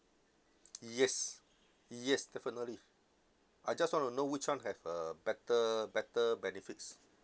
yes yes definitely I just want to know which one have uh better better benefits